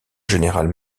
général